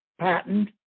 patent